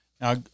Now